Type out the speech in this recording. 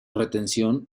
retención